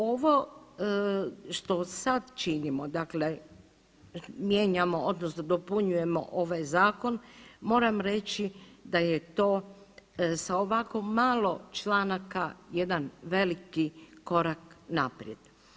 Ovo što sad činimo, dakle mijenjamo odnosno dopunjujemo ovaj zakon moram reći da je to sa ovako malo članaka jedan veliki korak naprijed.